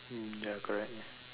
mm ya correct ya